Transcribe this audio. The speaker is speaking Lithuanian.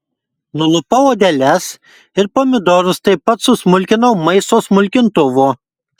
nulupau odeles ir pomidorus taip pat susmulkinau maisto smulkintuvu